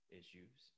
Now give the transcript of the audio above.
issues